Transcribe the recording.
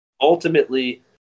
ultimately